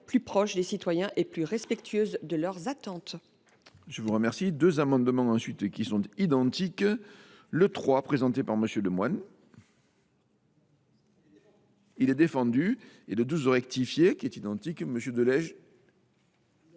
plus proche des citoyens et plus respectueuse de leurs attentes.